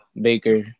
Baker